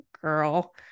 girl